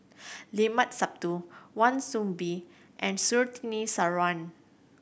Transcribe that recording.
Limat Sabtu Wan Soon Bee and Surtini Sarwan